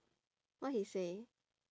what he say